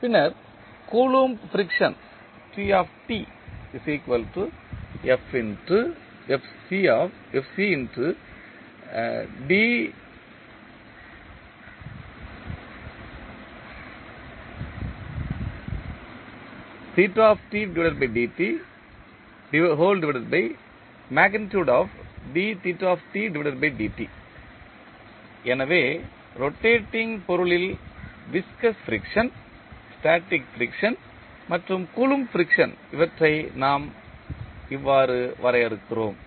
பின்னர் Coulomb friction எனவே rotating பொருளில் விஸ்கஸ் ஃபிரிக்சன் ஸ்டேட்டிக் ஃபிரிக்சன் மற்றும் கூலொம்ப் ஃபிரிக்சன் இவற்றை நாம் இவ்வாறு வரையறுக்கிறோம்